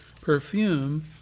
perfume